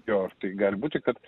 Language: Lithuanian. jo ar tai gali būti kad